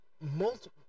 multiple